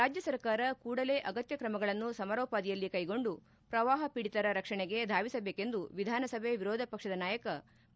ರಾಜ್ಯ ಸರ್ಕಾರ ಕೂಡಲೇ ಅಗತ್ತ ತ್ರಮಗಳನ್ನು ಸಮರೋಪಾದಿಯಲ್ಲಿ ಕೈಗೊಂಡು ಪ್ರವಾಪ ಪೀಡಿತರ ರಕ್ಷಣೆಗೆ ಧಾವಿಸಬೇಕೆಂದು ವಿಧಾನಸಭೆ ವಿರೋಧ ಪಕ್ಷದ ನಾಯಕ ಬಿ